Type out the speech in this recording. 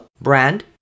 brand